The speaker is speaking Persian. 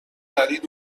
دلیل